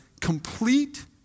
Complete